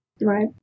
Right